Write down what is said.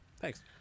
Thanks